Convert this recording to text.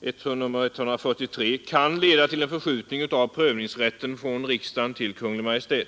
143 kan leda till en förskjutning av prövningsrätten från riksdagen till Kungl. Maj:t.